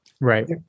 Right